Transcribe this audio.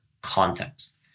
context